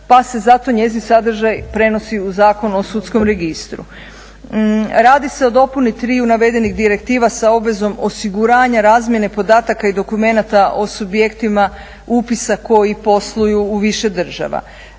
pa se zato njezin sadržaj prenosi u Zakon o sudskom registru. Radi se o dopuni triju navedenih direktiva sa obvezom osiguranja razmjene podataka i dokumenata o subjektima upisa koji posluju u više država.